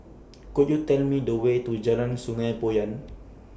Could YOU Tell Me The Way to Jalan Sungei Poyan